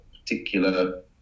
particular